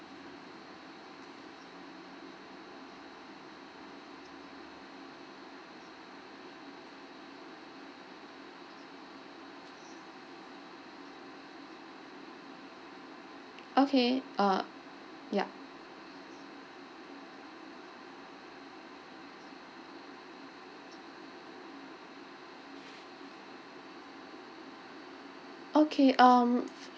okay uh yup okay um